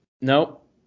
Nope